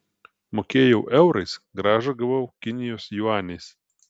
mokėjau eurais grąžą gavau kinijos juaniais